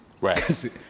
right